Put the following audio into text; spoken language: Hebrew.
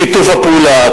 שיתוף הפעולה,